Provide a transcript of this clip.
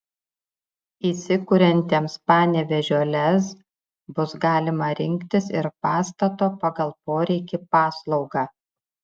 įsikuriantiems panevėžio lez bus galima rinktis ir pastato pagal poreikį paslaugą